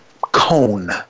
cone